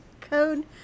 Code